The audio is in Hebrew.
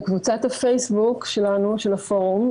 בקבוצת הפייסבוק של הפורום,